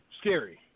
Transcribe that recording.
scary